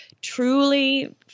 truly